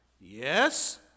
yes